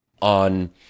on